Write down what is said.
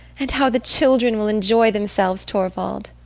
and how the children will enjoy themselves, torvald!